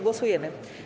Głosujemy.